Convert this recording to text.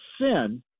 sin